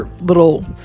little